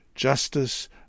justice